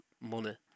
money